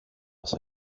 μας